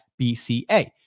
BCA